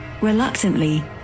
Reluctantly